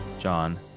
John